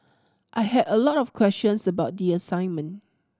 I had a lot of questions about the assignment